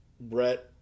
Brett